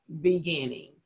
beginning